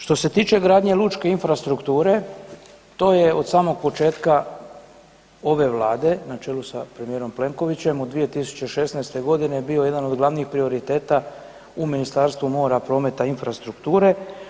Što se tiče gradnje lučke infrastrukture, to je od samog početka ove Vlade na čelu sa premijerom Plenkovićem od 2016. g. bio jedan od glavnih prioriteta u Ministarstvu mora, prometa i infrastrukture.